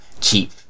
cheap